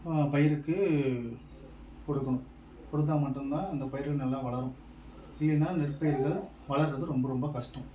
பயிருக்கு கொடுக்கணும் கொடுத்தா மட்டுந்தான் அந்த பயிர்கள் நல்லா வளரும் இல்லைனா நெற்பயிர்கள் வளர்றது ரொம்ப ரொம்ப கஷ்டம்